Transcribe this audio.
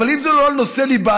אם זה לא על נושאי ליבה,